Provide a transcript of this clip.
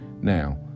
now